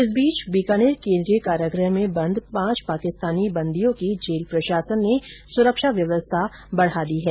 इस बीच बीकानेर केंद्रीय कारागृह में बंद पांच पाकिस्तानी बंदियों की जेल प्रशासन ने सुरक्षा व्यवस्था बढ़ा दी है